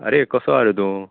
आरे कसो आसा रे तूं